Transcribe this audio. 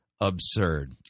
absurd